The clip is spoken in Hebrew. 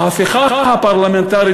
ההפיכה הפרלמנטרית,